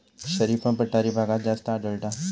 शरीफा पठारी भागात जास्त आढळता